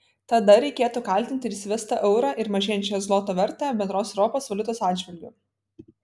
tada reikėtų kaltinti ir įsivestą eurą ir mažėjančio zloto vertę bendros europos valiutos atžvilgiu